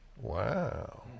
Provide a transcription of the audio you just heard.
Wow